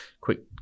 quick